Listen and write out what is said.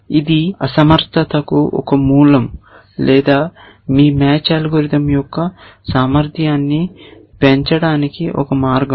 కాబట్టి ఇది అసమర్థతకు ఒక మూలం లేదా మీ మ్యాచ్ అల్గోరిథం యొక్క సామర్థ్యాన్ని పెంచడానికి ఒక మార్గం